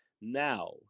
now